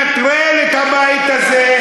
לנטרל את הבית הזה.